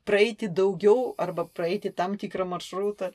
praeiti daugiau arba praeiti tam tikrą maršrutą